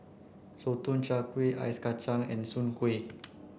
Sotong Char Kway Ice Kacang and Soon Kway